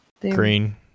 Green